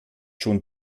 schon